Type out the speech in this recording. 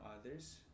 others